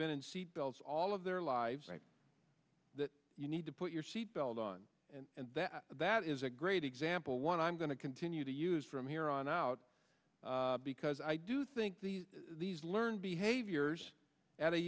been in seatbelts all of their lives that you need to put your seatbelt on and that that is a great example one i'm going to continue to use from here on out because i do think these learned behaviors at a